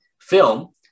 film